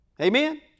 Amen